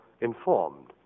informed